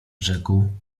rzekł